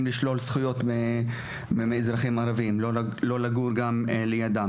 לשלול זכויות מאזרחים ערביים ולא לגור לידם.